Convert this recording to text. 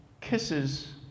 kisses